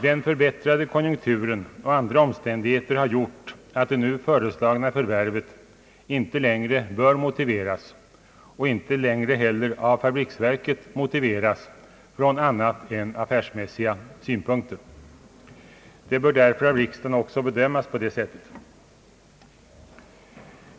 Den förbättrade konjunkturen och andra omständigheter har gjort att det nu föreslagna förvärvet inte längre bör motiveras och inte heller längre av fabriksverket motiveras från annat än affärs mässiga synpunkter. Det bör därför av riksdagen också bedömas på samma sätt.